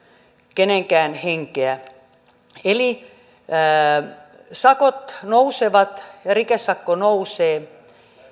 kenenkään henkeä sakot nousevat rikesakko nousee